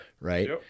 right